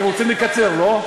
אתם רוצים לקצר, לא?